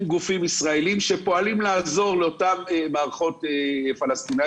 גופים ישראלים שפועלים לעזור לאותן מערכות פלסטינים